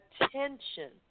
attention